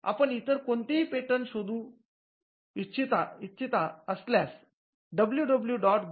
आपण इतर कोणतेही पेटंट शोधू इच्छितअसल्यासडब्ल्यूडब्ल्यूडब्ल्यू